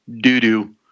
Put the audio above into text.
doo-doo